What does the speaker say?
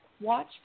watch